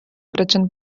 причин